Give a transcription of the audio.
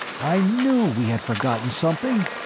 i knew we had forgotten something!